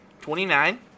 Twenty-nine